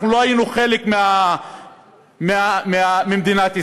אנחנו לא היינו חלק ממדינת ישראל.